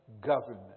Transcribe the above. government